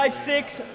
like six,